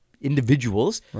individuals